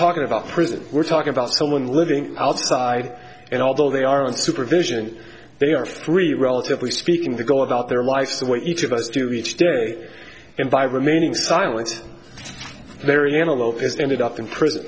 talking about prison we're talking about someone living outside and although they are on supervision they are free relatively speaking they go about their lives the way each of us do each day and by remaining silent mariana lopez ended up in prison